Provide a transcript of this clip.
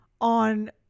on